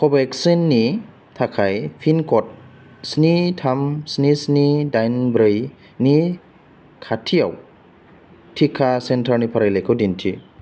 कवेक्सिननि थाखाय पिन क'ड स्नि थाम स्नि स्नि दाइन ब्रैनि खाथिआव टिका सेन्टारनि फारिलाइखौ दिन्थि